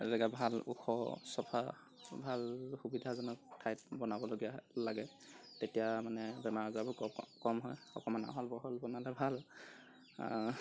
জোগা ভাল ওখ চফা ভাল সুবিধাজনক ঠাইত বনাবলগীয়া লাগে তেতিয়া মানে বেমাৰ আজাৰবোৰ ক কম হয় অকমান আহল বহল বনালে ভাল